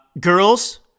Girls